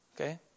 Okay